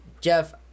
Jeff